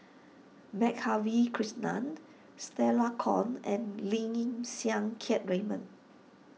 Madhavi Krishnan Stella Kon and Lim Siang Keat Raymond